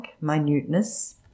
minuteness